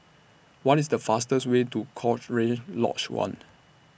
What IS The fastest Way to Cochrane Lodge one